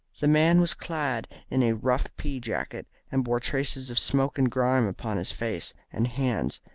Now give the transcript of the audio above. the man was clad in a rough pea-jacket, and bore traces of smoke and grime upon his face and hands.